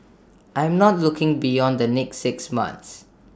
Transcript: I'm not looking beyond the next six months